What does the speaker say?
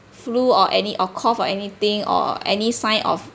flu or any or cough or anything or any sign of